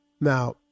Now